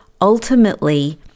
ultimately